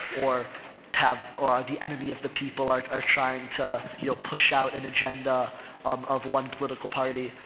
or have, or are the enemy of the people are, are trying to, you know, push out an agenda um of, of one political party.